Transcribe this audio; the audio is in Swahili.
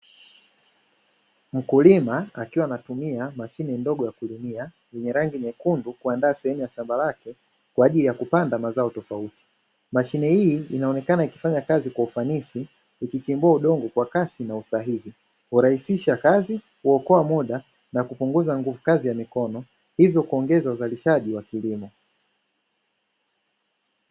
Mkulima akiwa anatumia mashine ndogo ya kulimia yenye rangi nyekundu kuandaa sehemu ya shamba lake kwa ajili ya kupanda mazao tofauti, mashine hii inaonekana ikifanya kazi kwa ufanisi ikichimbua udongo kwa kasi na usahihi. Hurahisisha kazi, huokoa muda na kupunguza nguvu kazi ya mikono; hivyo kuongeza uzalishaji wa kilimo.